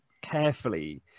carefully